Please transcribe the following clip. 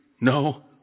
no